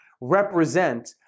represent